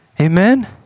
Amen